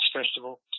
festival